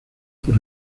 por